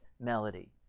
melody